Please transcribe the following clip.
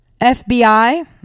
FBI